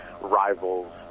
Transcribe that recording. rivals